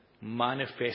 manifest